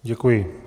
Děkuji.